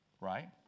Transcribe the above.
right